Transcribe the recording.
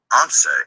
Answer